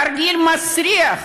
תרגיל מסריח.